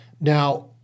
Now